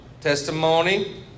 Testimony